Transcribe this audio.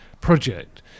project